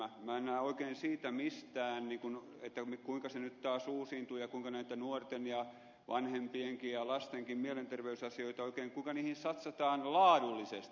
minä en näe oikein siitä mistään kuinka se nyt taas uusiintuu ja kuinka näihin nuorten ja vanhempienkin ja lastenkin mielenterveysasioihin satsataan laadullisesti